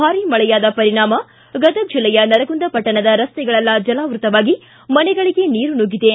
ಭಾರಿ ಮಳೆಯಾದ ಪರಿಣಾಮ ಗದಗ್ ಜಿಲ್ಲೆಯ ನರಗುಂದ ಪಟ್ಟಣದ ರಸ್ತೆಗಳೆಲ್ಲಾ ಜಲಾವೃತವಾಗಿ ಮನೆಗಳಗೆ ನೀರು ನುಗ್ಗಿದೆ